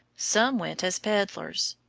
some went as pedlars,